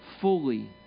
fully